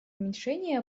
уменьшение